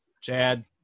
Chad